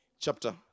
chapter